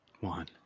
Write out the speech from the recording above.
one